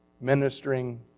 ministering